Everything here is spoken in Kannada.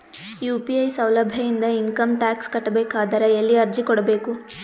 ಯು.ಪಿ.ಐ ಸೌಲಭ್ಯ ಇಂದ ಇಂಕಮ್ ಟಾಕ್ಸ್ ಕಟ್ಟಬೇಕಾದರ ಎಲ್ಲಿ ಅರ್ಜಿ ಕೊಡಬೇಕು?